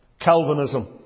Calvinism